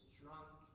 drunk